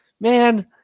Man